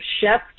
chef